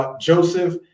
Joseph